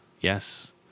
Yes